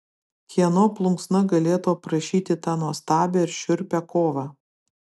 kieno plunksna galėtų aprašyti tą nuostabią ir šiurpią kovą